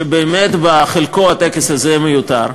שבאמת הטקס הזה בחלקו מיותר,